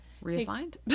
Reassigned